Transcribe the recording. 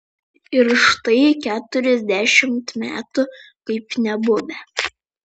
ir štai keturiasdešimt metų kaip nebuvę